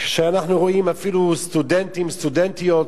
שאנחנו רואים אפילו סטודנטים, סטודנטיות,